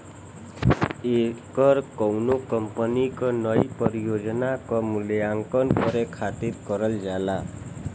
ऐकर कउनो कंपनी क नई परियोजना क मूल्यांकन करे खातिर करल जाला